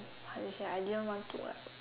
how to say I didn't want to like